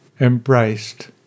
embraced